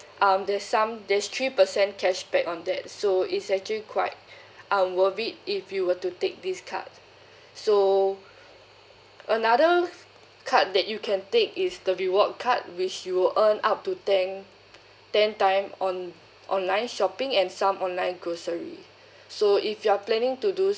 um there's some there's three percent cashback on that so it's actually quite um worth it if you were to take this card so another card that you can take is the reward card which you earn up to ten ten time on online shopping and some online grocery so if you're planning to do